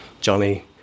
Johnny